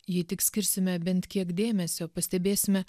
jei tik skirsime bent kiek dėmesio pastebėsime